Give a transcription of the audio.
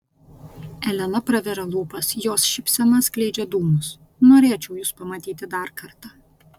elena praveria lūpas jos šypsena skleidžia dūmus norėčiau jus pamatyti dar kartą